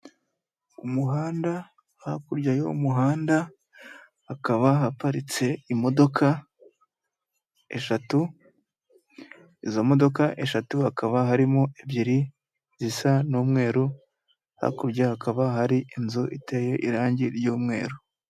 Umuhanda hakurya yuwo muhanda hakaba haparitse imodoka eshatu, izo modoka eshatu hakaba harimo ebyiri zisa n'umweru, hakurya hakaba hari inzu iteye irangi ry’umweru.